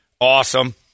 Awesome